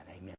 Amen